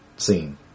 scene